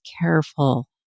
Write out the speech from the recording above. careful